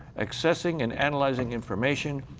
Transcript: accessing and analyzing information,